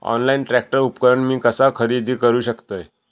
Online tractor उपकरण मी कसा खरेदी करू शकतय?